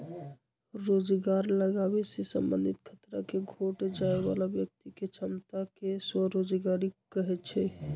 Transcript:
रोजगार लागाबे से संबंधित खतरा के घोट जाय बला व्यक्ति के क्षमता के स्वरोजगारी कहै छइ